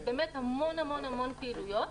זה המון פעילויות.